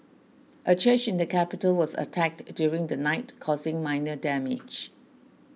a church in the capital was attacked during the night causing minor damage